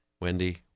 Wendy